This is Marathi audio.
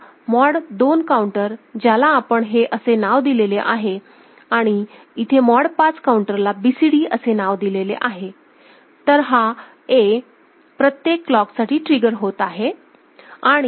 तर हा मॉड 2 काउंटर ज्याला आपण हे असे नाव दिलेले आहे आणि इथे मॉड 5 काउंटरला BCD असे नाव दिलेले आहे तर हा A प्रत्येक क्लॉकसाठी ट्रिगर होत आहे